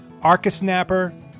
ArcaSnapper